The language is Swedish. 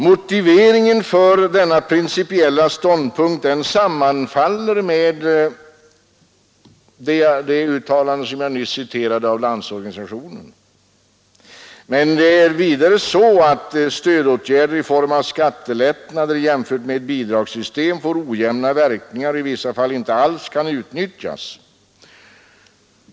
Motiveringen för denna principiella ståndpunkt sammanfaller med det uttalande som jag nyss citerade av Landsorganisationen. Vidare är det så att stödåtgärder i form av skattelättnader jämfört med bidragssystem får ojämna verkningar och i vissa fall inte alls kan utnyttjas.